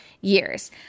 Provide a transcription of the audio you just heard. years